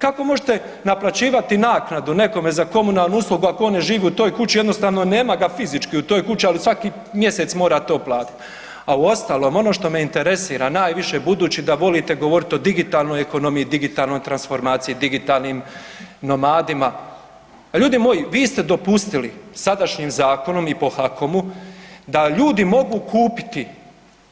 Kako možete naplaćivati naknadu nekome za komunalnu uslugu ako on živi u toj kući jednostavno nema ga fizički u toj kući, ali svaki mjesec to mora platiti, a uostalom ono što me interesira najviše budući da volite govorit o digitalnoj ekonomiji, digitalnoj transformaciji, digitalnim nomadima, ljudi moji vi ste dopustili sadašnjim zakonom i po HAKOM-u da ljudi mogu kupiti